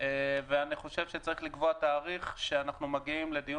צריך לקבוע תאריך שאנחנו מגיעים לדיון